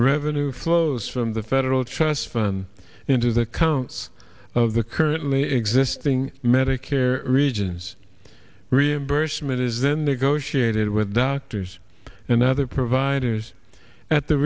revenue flows from the federal trust fund into the count's of the currently existing medicare regions reimbursement is then they go shared it with doctors and other providers at the